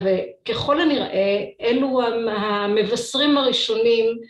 וככל הנראה אלו המבשרים הראשונים